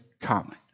common